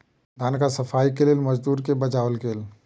धानक सफाईक लेल मजदूर के बजाओल गेल